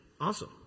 Awesome